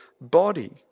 body